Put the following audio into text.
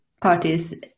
parties